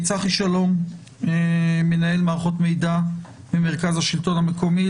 צחי שלום, מנהל מערכות מידע ממרכז השלטון המקומי.